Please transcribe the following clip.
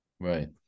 Right